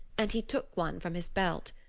and he took one from his belt.